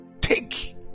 take